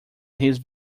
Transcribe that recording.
his